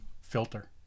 filter